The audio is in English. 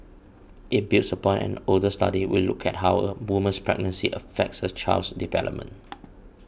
it builds upon an older study which looked at how a woman's pregnancy affects her child's development